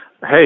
Hey